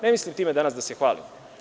Ne mislim time danas da se hvalim.